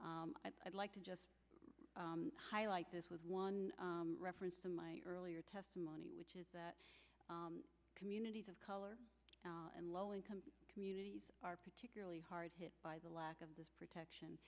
d i'd like to just highlight this was one reference to my earlier testimony which is that communities of color and low income communities are particularly hard hit by the lack of this protection